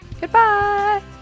Goodbye